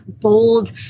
bold